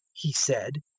he said,